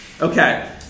Okay